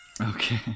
Okay